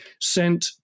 sent